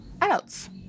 adults